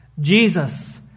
Jesus